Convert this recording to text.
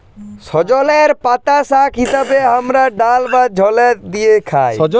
সজলের পাতা শাক হিসেবে হামরা ডাল বা ঝলে দিয়ে খাই